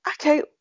okay